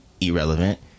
irrelevant